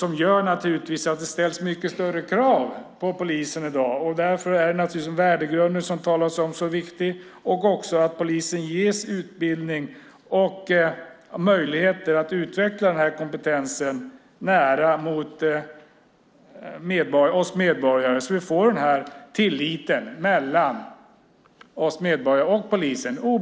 Detta gör att det ställs mycket större krav på polisen i dag, och därför är den värdegrund som det talas om mycket viktig. Det är också viktigt att polisen ges utbildning och möjligheter att utveckla kompetensen nära medborgarna så att vi får en tillit mellan medborgare och polis.